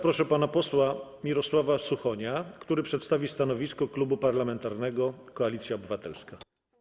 Proszę pana posła Mirosława Suchonia, który przedstawi stanowisko Klubu Parlamentarnego Koalicja Obywatelska.